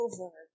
Over